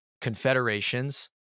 confederations